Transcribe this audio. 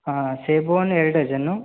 ಹಾಂ ಸೇಬುಹಣ್ಣು ಎರಡು ಡಜನು